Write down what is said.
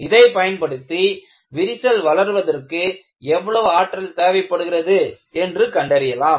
இதைப் பயன்படுத்தி விரிசல் வளர்வதற்கு எவ்வளவு ஆற்றல் தேவைப்படுகிறது என்று கண்டறியலாம்